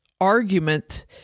argument